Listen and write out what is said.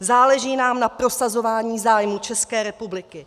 Záleží nám na prosazování zájmů České republiky.